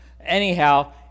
Anyhow